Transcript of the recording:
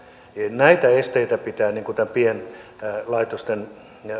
näitä esteitä pitää pienlaitosten